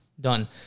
Done